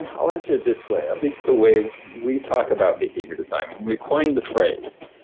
and i'll answer it this way. at least the way we talk about behavior design. when we coined the phrase